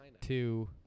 two